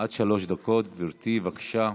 עד שלוש דקות, גברתי, בבקשה.